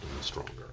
stronger